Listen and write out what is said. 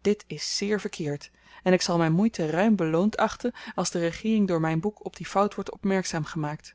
dit is zeer verkeerd en ik zal myn moeite ruim beloond achten als de regeering door myn boek op die fout wordt opmerkzaam gemaakt